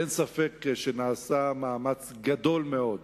אין ספק שנעשה מאמץ גדול מאוד